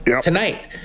Tonight